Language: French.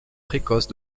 précoce